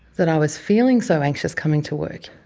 that i was feeling so anxious coming to work.